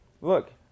look